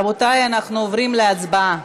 רבותי, אנחנו עוברים להצבעה.